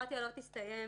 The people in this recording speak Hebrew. שהבירוקרטיה לא תסתיים